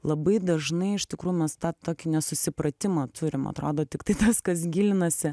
labai dažnai iš tikrųjų mes tą tokį nesusipratimą turim atrodo tiktai tas kas gilinasi